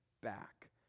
back